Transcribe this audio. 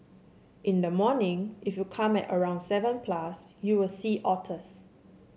in the morning if you come at around seven plus you'll see otters